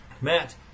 Matt